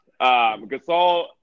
Gasol